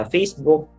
Facebook